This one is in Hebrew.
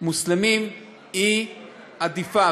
מוסלמים היא עדיפה,